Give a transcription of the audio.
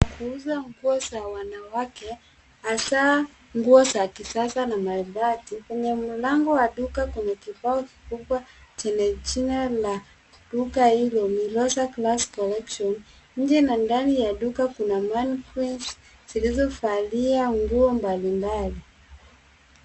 Wa kuuza nguo za wanawake, hasaa nguo za kisasa na maridadi. Kwenye mlango wa duka kuna kifaa kikubwa chenye jina la duka hilo Milosa Classic collections . Nje na ndani ya duka hilo kuna mannequins zilizovalia nguo mbali mbali